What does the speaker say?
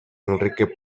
enrique